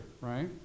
right